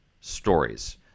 stories